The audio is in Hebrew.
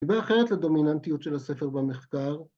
‫סיבה אחרת לדומיננטיות ‫של הספר במחקר.